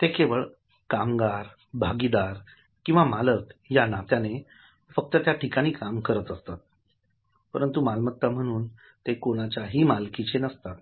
ते केवळ कामगारभागीदार किंवा मालक या नात्याने फक्त त्या ठिकाणी काम करत असतात परंतु मालमत्ता म्हणून ते कोणाच्याही मालकीचे नसतात